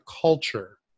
culture